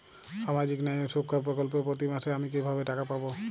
সামাজিক ন্যায় ও সুরক্ষা প্রকল্পে প্রতি মাসে আমি কিভাবে টাকা পাবো?